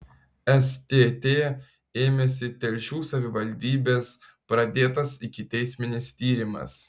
stt ėmėsi telšių savivaldybės pradėtas ikiteisminis tyrimas